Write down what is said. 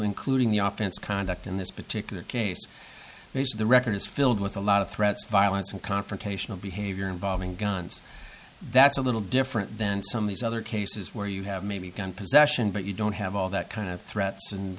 including the office conduct in this particular case the record is filled with a lot of threats violence and confrontational behavior involving guns that's a little different than some of these other cases where you have maybe gun possession but you don't have all that kind of threats and